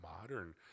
modern